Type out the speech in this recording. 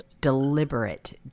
deliberate